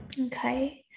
okay